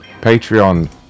Patreon